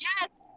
Yes